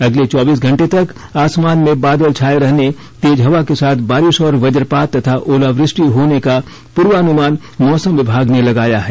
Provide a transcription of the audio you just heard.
अगले चौबीस घंटे तक आसमान में बादल छाए रहने तेज हवा के साथ बारिश और वज्रपात तथा ओलावृष्टि होने का पूर्वानुमान मौसम विभाग ने लगाया है